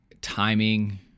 timing